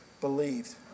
believed